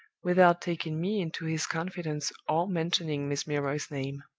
without taking me into his confidence or mentioning miss milroy's name.